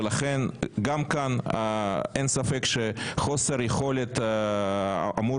ולכן גם כאן אין ספק שחוסר יכולת אמור